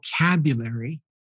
vocabulary